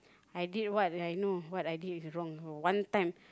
I did what I know what I did is wrong also one time